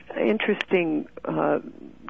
interesting